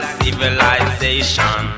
civilization